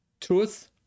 truth